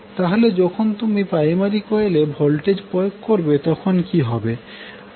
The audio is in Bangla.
তাহলে যখন তুমি প্রাইমারি কোয়েলে ভোল্টেজ প্রয়োগ করবে তখন কি হবে